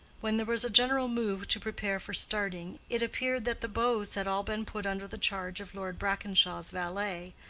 when there was a general move to prepare for starting, it appeared that the bows had all been put under the charge of lord brackenshaw's valet,